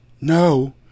No